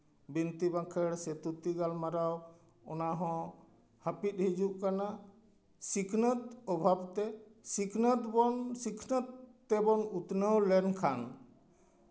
ᱵᱤᱱᱛᱤ ᱵᱟᱠᱷᱮᱲ ᱥᱮ ᱛᱷᱩᱛᱤ ᱜᱟᱞᱢᱟᱨᱟᱣ ᱚᱱᱟ ᱦᱚᱸ ᱦᱟᱹᱯᱤᱫ ᱦᱤᱡᱩᱜ ᱠᱟᱱᱟ ᱥᱤᱠᱷᱱᱟᱹᱛ ᱚᱵᱷᱟᱵᱽ ᱛᱮ ᱥᱤᱠᱷᱱᱟᱹᱛ ᱵᱚᱱ ᱥᱤᱠᱷᱱᱟᱹᱛ ᱛᱮᱵᱚᱱ ᱩᱛᱱᱟᱹᱣ ᱞᱮᱱᱠᱷᱟᱱ